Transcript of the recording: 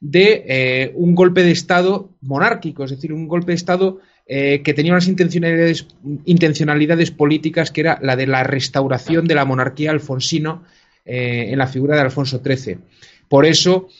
de, eh, un golpe de estado monárquico, es decir, un golpe de estado, eh, que tenía unas intencionalidades- intencionalidades políticas que era la de la restauración de la monarquía alfonsino, eh, en la figura de Alfonso XIII. Por eso,